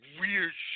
weird